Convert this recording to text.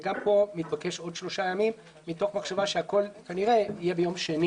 גם פה מתבקש עוד 3 ימים מתוך מחשבה שהכול כנראה יהיה ביום שני